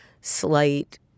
slight